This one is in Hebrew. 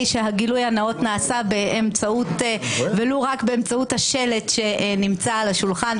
הרי שהגילוי הנאות נעשה ולו רק באמצעות השלט שנמצא על השולחן,